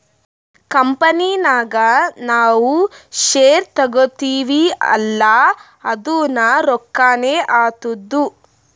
company ನಾಗ್ ನಾವ್ share ತಗೋತಿವ್ ಅಲ್ಲಾ ಅದುನೂ ರೊಕ್ಕಾನೆ ಆತ್ತುದ್